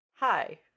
Hi